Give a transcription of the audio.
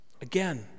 Again